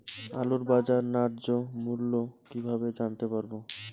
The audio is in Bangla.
আলুর বাজার ন্যায্য মূল্য কিভাবে জানতে পারবো?